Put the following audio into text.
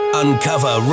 uncover